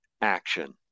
action